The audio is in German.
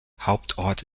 hauptort